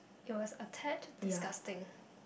there was attached disgusting